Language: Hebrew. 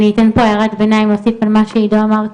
אני אתן פה הערת ביניים, להוסיף על מה שעידו אמר,